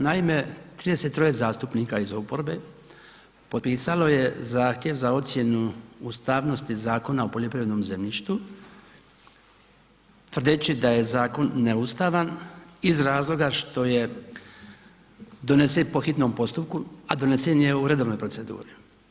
Naime, 33 zastupnika iz oporbe, potpisalo je zahtjev za ocjenu ustavnosti Zakona o poljoprivrednom zemljištu tvrdeći da je zakon neustavan iz razloga što je donesen po hitnom postupku, a donesen je u redovnoj proceduri.